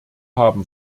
haben